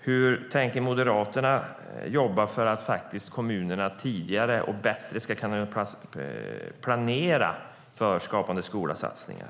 Hur tänker Moderaterna jobba för att kommunerna tidigare och bättre ska kunna planera för Skapande skola-satsningar?